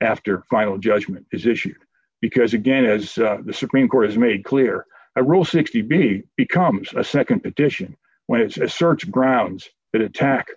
after final judgment is issued because again as the supreme court has made clear a rule sixty b becomes a nd edition when it's a search grounds but attack